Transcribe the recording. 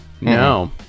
No